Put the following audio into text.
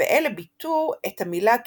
ואלה ביטאו את המילה כקאלה,